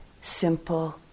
simple